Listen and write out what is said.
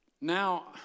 now